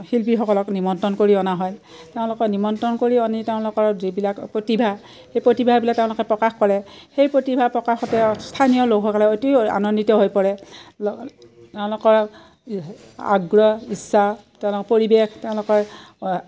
শিল্পীসকলক নিমন্ত্ৰণ কৰি অনা হয় তেওঁলোকক নিমন্ত্ৰণ কৰি আনি তেওঁলোকৰ যিবিলাক প্ৰতিভা সেই প্ৰতিভাবিলাক তেওঁলোকে প্ৰকাশ কৰে সেই প্ৰতিভা প্ৰকাশতে স্থানীয় লোকসকলে অতি আনন্দিত হৈ পৰে তেওঁলোকৰ আগ্ৰহ ইচ্ছা তেওঁলোকৰ পৰিৱেশ তেওঁলোকৰ